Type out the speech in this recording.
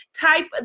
type